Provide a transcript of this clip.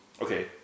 Okay